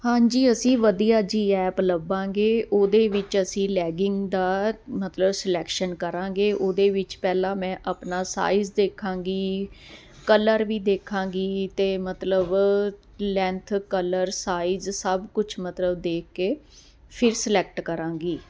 ਹਾਂਜੀ ਅਸੀਂ ਵਧੀਆ ਜੀ ਐਪ ਲੱਭਾਂਗੇ ਉਹਦੇ ਵਿੱਚ ਅਸੀਂ ਲੈਗਿੰਗ ਦਾ ਮਤਲਬ ਸਲੈਕਸ਼ਨ ਕਰਾਂਗੇ ਉਹਦੇ ਵਿੱਚ ਪਹਿਲਾਂ ਮੈਂ ਆਪਣਾ ਸਾਈਜ਼ ਦੇਖਾਂਗੀ ਕਲਰ ਵੀ ਦੇਖਾਂਗੀ ਅਤੇ ਮਤਲਬ ਲੈਂਥ ਕਲਰ ਸਾਈਜ਼ ਸਭ ਕੁਝ ਮਤਲਬ ਦੇਖ ਕੇ ਫਿਰ ਸਲੈਕਟ ਕਰਾਂਗੀ